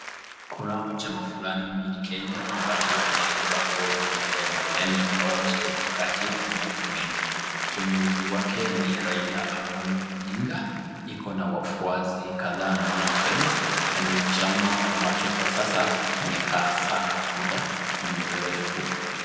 Kuna hawa chama fulani nchini kenya ambacho kinaitwa ODM yaani Orange Democratic Movement, kiongozi wake ni Raila Amollo Odinga, iko na wafuasi kadhaa nchini kenya na ndio chama ambacho kwa sasa kimekaa sana kwa muda mrefu.